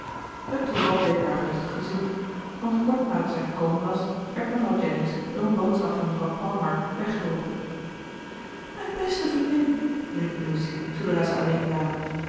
het toeval bleek haar gunstig gezind want kort na dat zij gekomen was werd mevrouw jennings door een boodschap van mevrouw palmer weggeroepen mijn beste vriendin riep lucy zoodra zij alleen waren